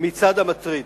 מצד המטריד.